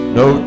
no